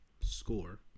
score